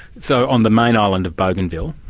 so, on the main island of bougainville?